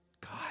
God